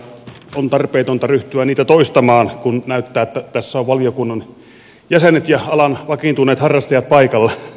on tarpeetonta ryhtyä niitä toistamaan kun näyttää että tässä ovat valiokunnan jäsenet ja alan vakiintuneet harrastajat paikalla